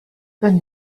wenn